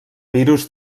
virus